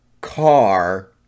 Car